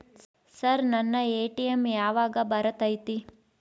Sir ನನ್ನ ATM ಯಾವಾಗ ಬರತೈತಿ?